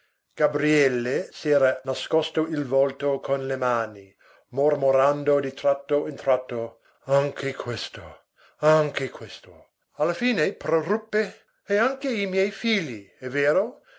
ora gabriele s'era nascosto il volto con le mani mormorando di tratto in tratto anche questo anche questo alla fine proruppe e anche i miei figli è vero